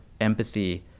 empathy